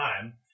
time